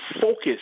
focus –